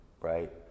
right